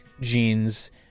jeans